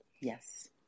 Yes